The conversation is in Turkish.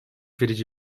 verici